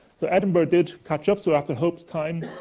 so, edinburgh did catch up. so, after hope's time,